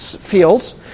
fields